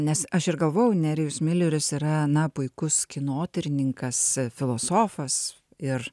nes aš ir galvojau nerijus mileris yra puikus kinotyrininkas filosofas ir